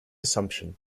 assumption